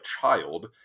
child